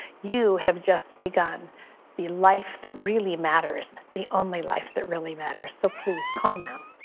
you have just begun the life that really matters, the only life that really matters, so please call now.